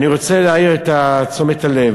אני רוצה להעיר את תשומת הלב,